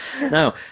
No